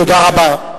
תודה רבה.